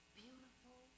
beautiful